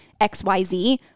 XYZ